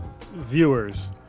viewers